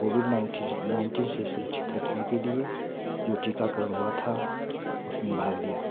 Covid nineteen nineteen से सुरक्षित रखने के लिए जो टीकाकरण हुआ था उसमें भाग लिया